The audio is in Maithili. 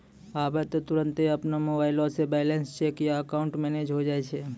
आबै त तुरन्ते अपनो मोबाइलो से बैलेंस चेक या अकाउंट मैनेज होय जाय छै